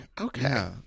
okay